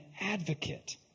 advocate